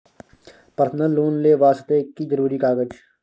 Personal loan ले वास्ते की जरुरी कागज?